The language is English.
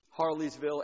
Harleysville